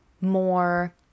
more